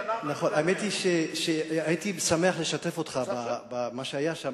האמת היא שהייתי שמח לשתף אותך במה שהיה שם,